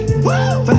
Woo